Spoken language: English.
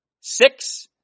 Six